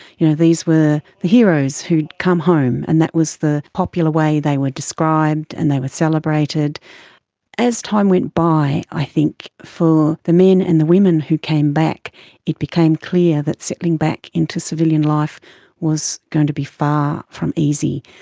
you know these were the heroes who had come home and that was the popular way they were described and they were celebrated. but as time went by i think for the men and the women who came back it became clear that settling back into civilian life was going to be far from easy,